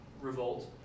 revolt